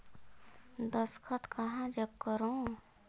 दस्खत कहा जग करो?